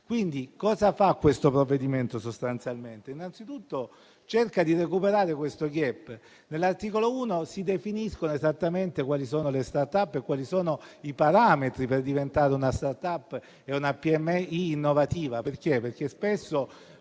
fiscali. Cosa fa questo provvedimento sostanzialmente? Innanzitutto cerca di recuperare questo *gap*. Nell'articolo 1 si definiscono esattamente quali sono le *start-up* e quali sono i parametri per diventata una *start-up* e una PMI innovativa. Ricordo che spesso